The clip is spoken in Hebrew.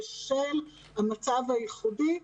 בשל המצב הייחודי,